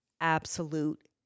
absolute